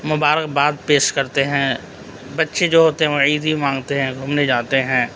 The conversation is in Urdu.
مبارکباد پیش کرتے ہیں بچّے جو ہوتے ہیں وہ عیدی مانگتے ہیں گھومنے جاتے ہیں